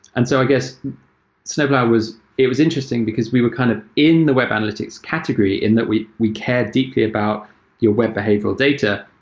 and so i guess snowplow, it was interesting because we were kind of in the web analytics category and that we we cared deeply about your web behavioral data,